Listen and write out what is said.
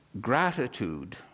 gratitude